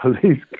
police